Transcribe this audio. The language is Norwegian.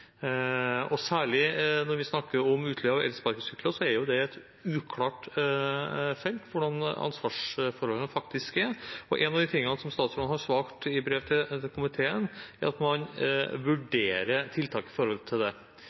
ansvarsforsikring. Særlig når vi snakker om utleie av elsparkesykler, er det et felt der det er uklart hvordan ansvarsforholdene faktisk er. Noe av det statsråden har svart i brev til komiteen, er at man vurderer tiltak med hensyn til det.